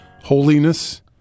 Holiness